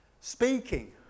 speaking